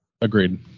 Agreed